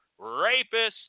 rapists